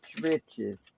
riches